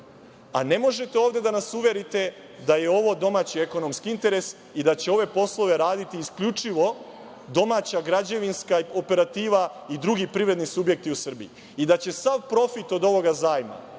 a ne možete ovde da nas uverite da je ovo domaći ekonomski interes i da će ove poslove raditi isključivo domaća građevinska operativa i drugi privredni subjekti u Srbiji i da će sav profit od ovoga zajma,